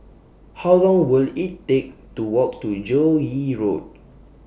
How Long Will IT Take to Walk to Joo Yee Road